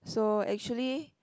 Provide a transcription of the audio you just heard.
so actually